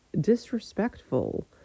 disrespectful